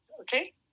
Okay